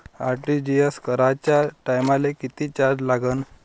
RTGS कराच्या टायमाले किती चार्ज लागन?